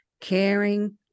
caring